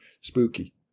spooky